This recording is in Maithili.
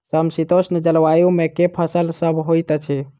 समशीतोष्ण जलवायु मे केँ फसल सब होइत अछि?